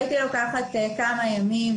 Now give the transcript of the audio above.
הייתי לוקחת כמה ימים,